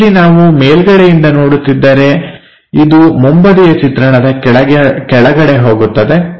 ಅದರಲ್ಲಿ ನಾವು ಮೇಲ್ಗಡೆಯಿಂದ ನೋಡುತ್ತಿದ್ದರೆ ಇದು ಮುಂಬದಿಯ ಚಿತ್ರಣದ ಕೆಳಗಡೆ ಹೋಗುತ್ತದೆ